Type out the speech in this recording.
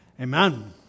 Amen